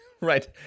right